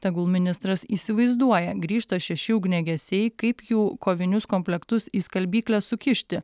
tegul ministras įsivaizduoja grįžta šeši ugniagesiai kaip jų kovinius komplektus į skalbyklę sukišti